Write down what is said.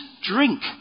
drink